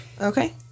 Okay